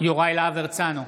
יוראי להב הרצנו,